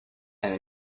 and